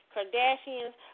Kardashians